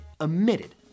emitted